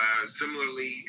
Similarly